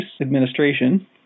administration